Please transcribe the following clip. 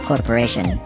Corporation